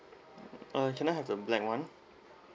uh can I have the black one